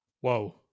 Whoa